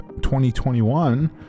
2021